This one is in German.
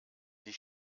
die